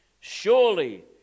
Surely